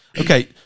Okay